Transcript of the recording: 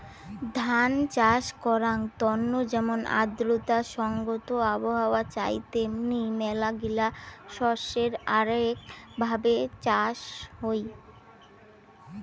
ধান চাষ করাঙ তন্ন যেমন আর্দ্রতা সংগত আবহাওয়া চাই তেমনি মেলাগিলা শস্যের আরাক ভাবে চাষ হই